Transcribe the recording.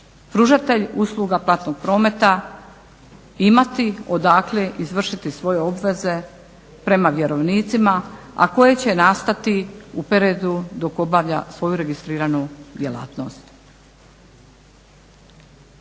pružatelj usluga platnog prometa imati odakle izvršiti svoje obveze prema vjerovnicima, a koji će nastati … dok obavlja svoju registriranu djelatnost.